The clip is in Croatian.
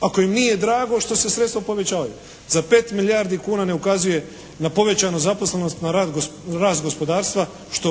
ako im nije drago što se sredstva povećavaju? Za 5 milijardi kuna ne ukazuje na povećanu zaposlenost na rast gospodarstva što